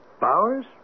Bowers